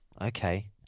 okay